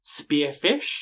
spearfish